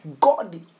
God